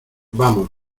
vamos